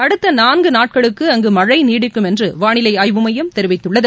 அடுத்த நான்கு நாட்களுக்கு அங்கு மழை நீடிக்கும் என்று வானிலை ஆய்வு மையம் தெரிவித்துள்ளது